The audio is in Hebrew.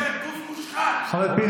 זה מה שאני